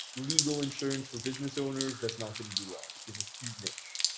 legal insurance for business owners that's not gonna do well because it's too niche.